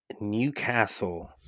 Newcastle